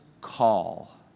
call